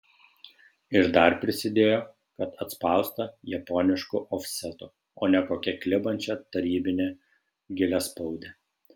ir dar prisidėjo kad atspausta japonišku ofsetu o ne kokia klibančia tarybine giliaspaude